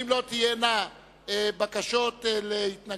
אם לא תהיינה בקשות להתנגדות,